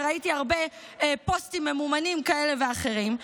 וראיתי הרבה פוסטים ממומנים כאלה ואחרים,